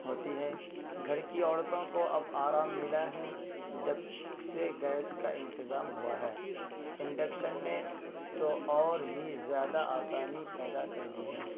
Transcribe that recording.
ہوتی ہے گھر کی عورتوں کو اب آرام ملا ہے جب سے گیس کا انتظام ہوا ہے انڈکشن نے تو اور ہی زیادہ آسانی پیدا کر دی ہے